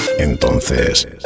Entonces